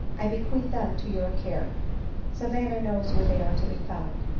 i bequeath them to your care savanna knows where they are to be found.